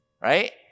right